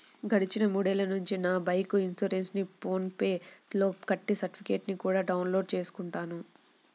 గడిచిన మూడేళ్ళ నుంచి నా బైకు ఇన్సురెన్సుని ఫోన్ పే లో కట్టి సర్టిఫికెట్టుని కూడా డౌన్ లోడు చేసుకుంటున్నాను